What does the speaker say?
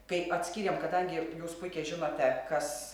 kaip atskyrėm kadangi jūs puikiai žinote kas